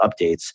updates